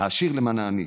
העשיר למען העני.